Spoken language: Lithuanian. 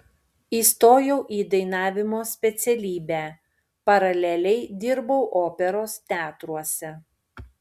įstojau į dainavimo specialybę paraleliai dirbau operos teatruose